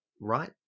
right